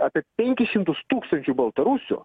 apie penkis šimtus tūkstančių baltarusių